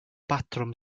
batrwm